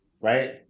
Right